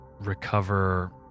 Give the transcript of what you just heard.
recover